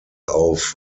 auf